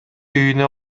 үйүнө